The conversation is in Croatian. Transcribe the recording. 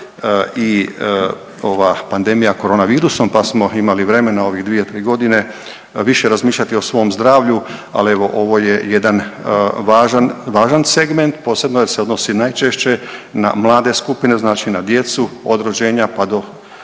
i ova pandemija koronavirusom pa smo imali vremena ovih 2, 3 godine više razmišljati o svom zdravlju, ali evo, ovo je jedan važan, važan segment, posebno se odnosi najčešće na mlade skupine, znači na djecu, od rođenja pa do